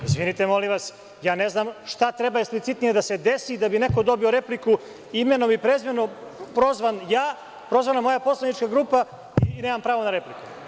Izvinite molim vas, ne znam šta treba eksplicitnije da se desi da bi neko dobio repliku, imenom i prezimenom prozvan ja, prozvana moja poslanička grupa i nemam pravo na repliku.